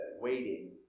waiting